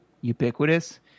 ubiquitous